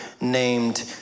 named